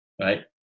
right